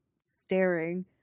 staring